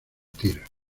tiras